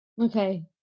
Okay